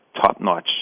top-notch